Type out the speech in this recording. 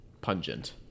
pungent